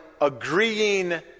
agreeing